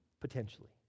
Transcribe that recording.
potentially